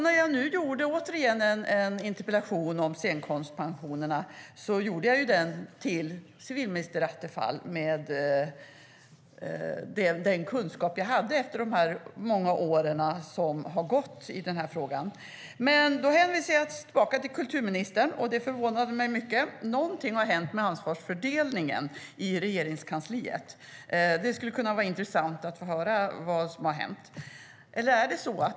När jag nu återigen skrev en interpellation om scenkonstpensionerna ställde jag den till civilminister Attefall med den kunskap jag hade efter de många år som vi har diskuterat den här frågan, men då hänvisades jag tillbaka till kulturministern. Det förvånade mig mycket. Någonting har hänt med ansvarsfördelningen i Regeringskansliet. Det skulle vara intressant att höra vad som har hänt.